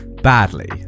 Badly